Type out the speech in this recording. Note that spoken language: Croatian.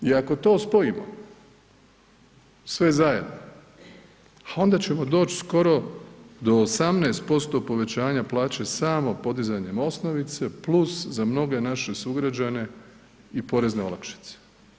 I ako to spojimo sve zajedno onda ćemo doći skoro do 18% povećanja plaće samo podizanjem osnovice, plus za mnoge naše sugrađane i porezne olakšice.